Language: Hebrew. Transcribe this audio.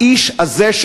האיש הזה,